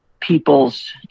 people's